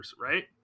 right